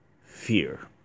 fear